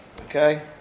Okay